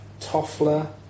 Toffler